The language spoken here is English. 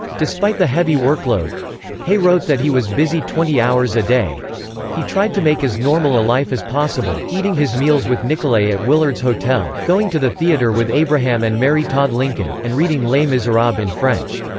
despite the heavy workload hay wrote that he was busy twenty hours a day he tried to make as normal a life as possible, eating his meals with nicolay at willard's hotel, going to the theatre with abraham and mary todd lincoln, and reading les miserables in french.